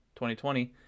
2020